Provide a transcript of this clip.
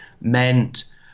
meant